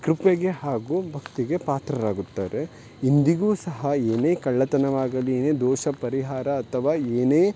ಕೃಪೆಗೆ ಹಾಗೂ ಭಕ್ತಿಗೆ ಪಾತ್ರರಾಗುತ್ತಾರೆ ಇಂದಿಗೂ ಸಹ ಏನೇ ಕಳ್ಳತನವಾಗಲಿ ಏನೇ ದೋಷ ಪರಿಹಾರ ಅಥವಾ ಏನೇ